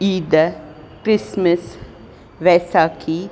Eid Christmas Vaisakhi